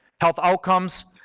health outcomes,